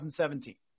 2017